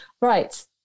Right